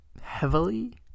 heavily